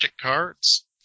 cards